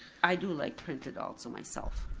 i do like printed also myself,